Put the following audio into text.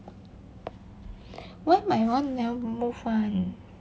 why my one never move [one]